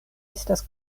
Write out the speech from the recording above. estas